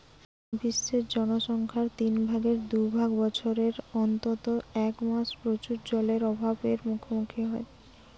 বিশ্বের জনসংখ্যার তিন ভাগের দু ভাগ বছরের অন্তত এক মাস প্রচুর জলের অভাব এর মুখোমুখী হয়